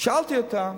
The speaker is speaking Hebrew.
שאלתי אותה: